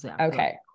okay